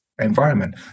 environment